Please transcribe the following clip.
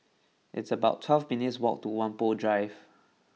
it's about twelve minutes' walk to Whampoa Drive